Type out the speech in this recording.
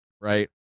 Right